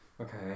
okay